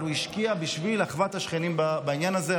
אבל הוא השקיע בשביל אחוות השכנים בעניין הזה.